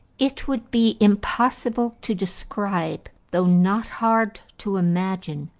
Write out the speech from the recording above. it would be impossible to describe, though not hard to imagine,